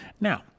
Now